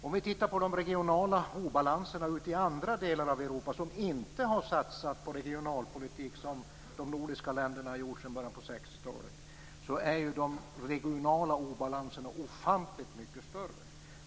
Om vi ser på de regionala obalanserna i delar av Europa där man inte har satsat på regionalpolitik på det sätt som de nordiska länderna gjort sedan början av 60-talet, finner vi att de regionala obalanserna där är ofantligt mycket större.